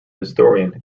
historian